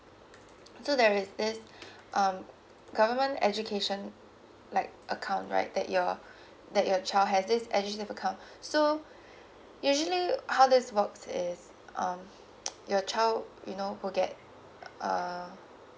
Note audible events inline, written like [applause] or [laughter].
so there is this [breath] um government education like account right that your [breath] that your child has this edusave account [breath] so usually how this works is um your child you know who get uh